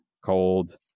cold